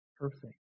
perfect